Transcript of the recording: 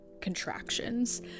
contractions